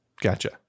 Gotcha